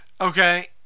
Okay